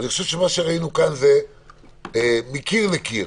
מה שראינו כאן זה מקיר לקיר,